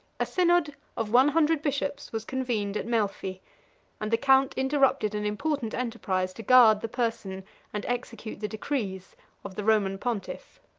a synod of one hundred bishops was convened at melphi and the count interrupted an important enterprise to guard the person and execute the decrees of the roman pontiff.